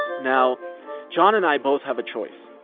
now john and i both have a choice.